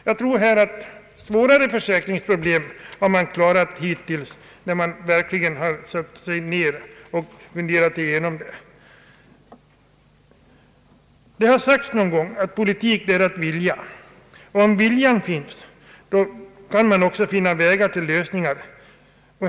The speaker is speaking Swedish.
Man har ju klarat av svårare försäkringsproblem, när man verkligen satt sig ner och funderat igenom dem. Det har sagts någon gång att politik är att vilja, och om viljan finns kan man också finna vägar till lösningar.